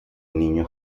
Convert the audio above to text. niño